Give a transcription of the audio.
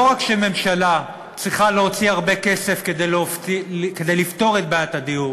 לא רק שהממשלה צריכה להוציא הרבה כסף כדי לפתור את בעיית הדיור,